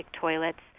toilets